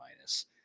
minus